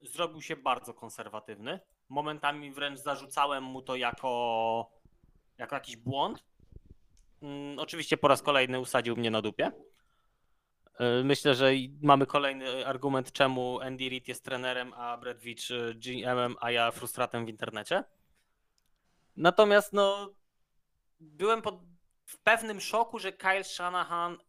zrobił się bardzo konserwatywny. Momentami wręcz zarzucałem mu to jako- jako jakiś błąd. Mm, oczywiście po raz kolejny usadził mnie na dupie. Yy, myślę, że i mamy kolejny argument, czemu Andy Reid jest trenerem, a Brett Veach, yy, G.M.-em, a ja frustratem w internecie. Natomiast, no, byłem pod- w pewnym szoku, że Kyle Shanahan